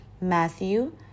Matthew